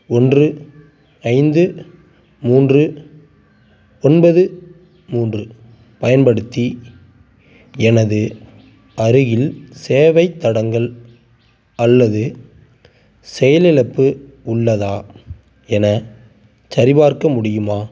ஒன்று ஐந்து மூன்று ஒன்பது மூன்று பயன்படுத்தி எனது அருகில் சேவைத் தடங்கல் அல்லது செயலிழப்பு உள்ளதா என சரிபார்க்க முடியுமா